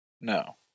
No